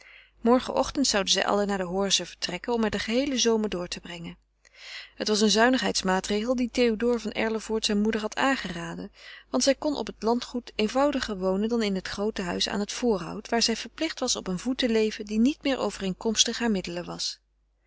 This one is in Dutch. morgenochtend zouden zij allen naar de horze vertrekken om er den geheelen zomer door te brengen het was een zuinigheidsmaatregel dien théodore van erlevoort zijn moeder had aangeraden want zij kon op het landgoed eenvoudiger wonen dan in het groote huis van het voorhout waar zij verplicht was op een voet te leven die niet meer overeenkomstig haar middelen was